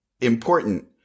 important